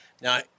Now